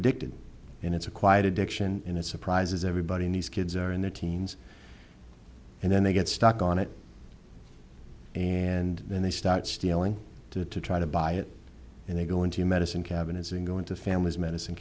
addicted and it's a quiet addiction and it surprises everybody needs kids are in their teens and then they get stuck on it and then they start stealing to try to buy it and they go into medicine cabinets and go into family's medicine